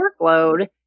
workload